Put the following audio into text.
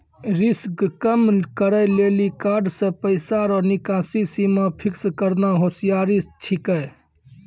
risk कम करै लेली कार्ड से पैसा रो निकासी सीमा फिक्स करना होसियारि छिकै